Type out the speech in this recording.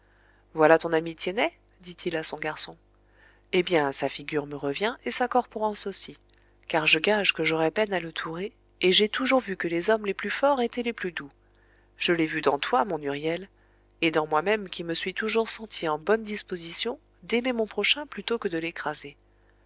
voilà ton ami tiennet dit-il à son garçon eh bien sa figure me revient et sa corporence aussi car je gage que j'aurais peine à le tourer et j'ai toujours vu que les hommes les plus forts étaient les plus doux je l'ai vu dans toi mon huriel et dans moi-même qui me suis toujours senti en bonne disposition d'aimer mon prochain plutôt que de l'écraser